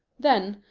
then,